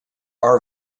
are